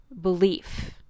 belief